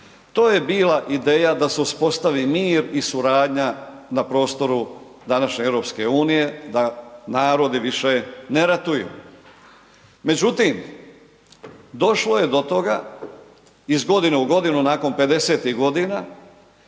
To je bila ideja da se uspostavi mir i suradnja na prostoru današnje EU-a, da narodi više ne ratuju međutim došlo je do toga iz godine u godinu nakon 50-ih godina